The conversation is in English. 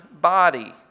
body